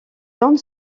donne